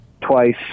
Twice